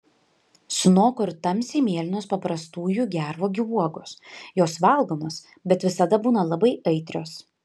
sunoko ir tamsiai mėlynos paprastųjų gervuogių uogos jos valgomos bet visada būna labai aitrios